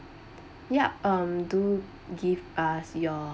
yup um do give us your